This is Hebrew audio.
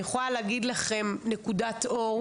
אני יכולה להגיד לכם נקודת אור,